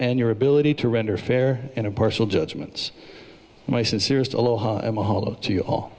and your ability to render fair and impartial judgments my sincerest aloha